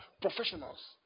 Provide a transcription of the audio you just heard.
professionals